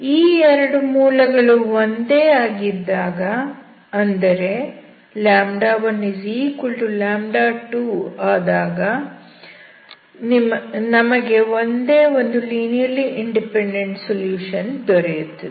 ಈ ಎರಡು ಮೂಲಗಳು ಒಂದೇ ಆಗಿದ್ದಾಗ ಅಂದರೆ 12 ಆದಾಗ ನಮಗೆ ಒಂದೇ ಒಂದು ಲೀನಿಯರ್ಲಿ ಇಂಡಿಪೆಂಡೆಂಟ್ ಸೊಲ್ಯೂಷನ್ ದೊರೆಯುತ್ತದೆ